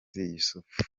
yussuf